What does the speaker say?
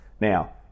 Now